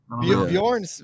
Bjorn